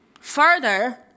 further